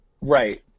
Right